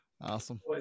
awesome